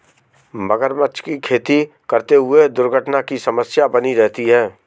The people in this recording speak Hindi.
मगरमच्छ की खेती करते हुए दुर्घटना की समस्या बनी रहती है